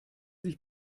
sich